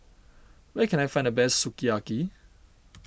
where can I find the best Sukiyaki